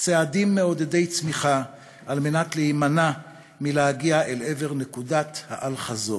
ולצעדים מעודדי צמיחה על מנת להימנע מלהגיע אל נקודת האל-חזור.